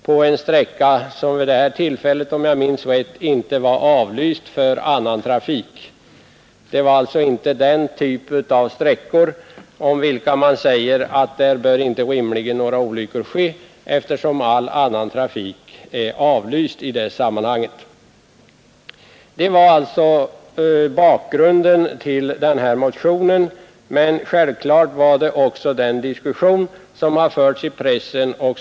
Olyckan inträffade på en vägsträcka, som inte — om jag minns rätt — var avlyst för annan trafik. Det var alltså inte den typ av sträckor, om vilka man säger att där inga olyckor rimligen bör ske, eftersom all annan trafik blivit avlyst i det sammanhanget. Detta är bakgrunden till min motion men självfallet ligger även den diskussion som förts i pressen bakom.